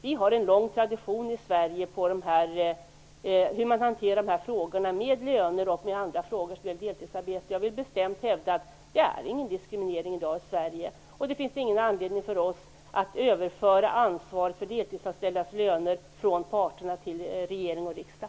Vi har en lång tradition i Sverige av att hantera de här frågorna, med löner och andra frågor som rör deltidsarbete. Jag vill bestämt hävda att det inte är någon diskriminering i Sverige i dag, och då finns det ingen anledning för oss att överföra ansvaret för deltidsanställdas löner från parterna till regering och riksdag.